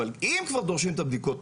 אבל אם כבר דורשים את הבדיקות,